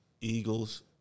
Eagles